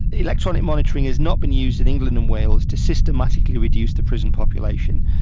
electronic monitoring is not being used in england and wales to systematically reduce the prison population.